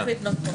נמשיך.